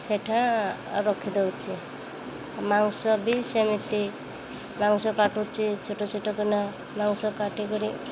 ସେଇଟା ରଖି ଦଉଛି ମାଂସ ବି ସେମିତି ମାଂସ କାଟୁଛି ଛୋଟ ଛୋଟ କିନା ମାଂସ କାଟିକରି